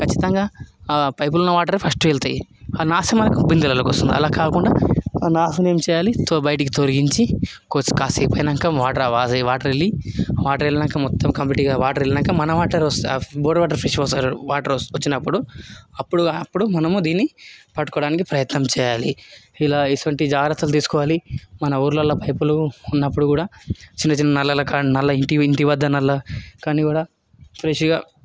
ఖచ్చితంగా పైపులో ఉన్న వాటరే ఫస్ట్ వెళ్తాయి ఆ నాసు మనుకు బిందులలోకి వస్తుంది అలా కాకుండా ఆ నాసుని ఏం చేయాలి తో బయటికి తొలగించి కొం కాసేపైనాక ఆ వాటర్ వాటర్ వెళ్ళి వాటర్ వెళ్ళినాక మొత్తం కంప్లీట్గా వాటర్ వెళ్ళినాక మనం బోర్ వాటర్ వాటర్ వచ్చినప్పుడు అప్పుడు అప్పుడు మనము దీన్ని పట్టుకోవడానికి ప్రయత్నం చేయాలి ఇలా ఇటువంటి జాగ్రత్తలు తీసుకోవాలి మన ఊర్లలో పైపులు ఉన్నప్పుడు కూడా చిన్న చిన్న నల్లాల కాడా నల్లా ఇంటి ఇంటి వద్ద నల్లా కానీకుండా ఫ్రెష్గా